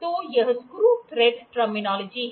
तो यह screw thread terminology है